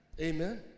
Amen